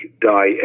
die